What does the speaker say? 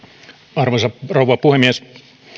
arvoisa rouva puhemies